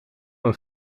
een